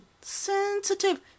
sensitive